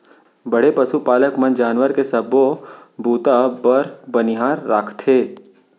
बड़े पसु पालक मन जानवर के सबो बूता बर बनिहार राखथें